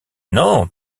non